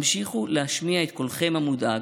המשיכו להשמיע את קולכם המודאג.